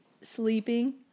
sleeping